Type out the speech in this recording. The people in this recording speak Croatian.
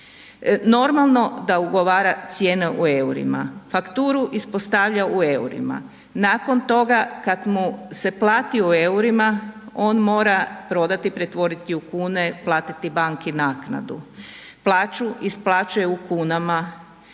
Normalno da ugovara cijene u EUR-ima, fakturu ispostavlja u EUR-ima, nakon toga kad mu se plati u EUR-ima on mora prodati, pretvoriti u kune, platiti banki naknadu, plaću isplaćuje u kunama,